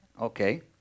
Okay